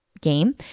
game